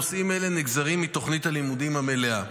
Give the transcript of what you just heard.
נושאים אלה נגזרים מתוכנית הלימודים המלאה.